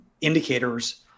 indicators